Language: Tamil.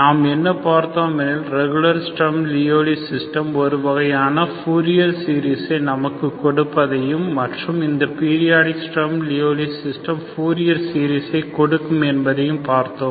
நாம் என்ன பார்த்தோம் எனில் ரெகுலர்லி ஸ்ட்ரம் லியோவ்லி சிஸ்டம் ஒருவகையான பூரியர் சீரிசை நமக்கு கொடுப்பதையும் மற்றும் இந்த periodic Sturm Liouville system Fourier சீரிசை கொடுக்கும் என்பதையும் பார்த்தோம்